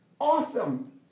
awesome